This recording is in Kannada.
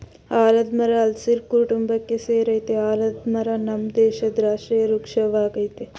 ಆಲದ್ ಮರ ಹಲ್ಸಿನ ಕುಟುಂಬಕ್ಕೆ ಸೆರಯ್ತೆ ಆಲದ ಮರ ನಮ್ ದೇಶದ್ ರಾಷ್ಟ್ರೀಯ ವೃಕ್ಷ ವಾಗಯ್ತೆ